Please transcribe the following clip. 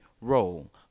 role